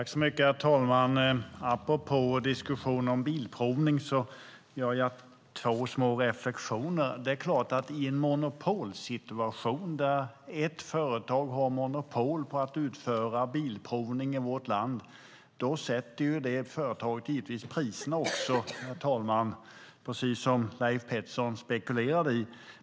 Herr talman! Apropå diskussionen om bilprovning gör jag två små reflexioner. I en monopolsituation där ett företag har monopol på att utföra bilprovning i vårt land sätter det företaget givetvis också priserna, precis som Leif Pettersson spekulerade i.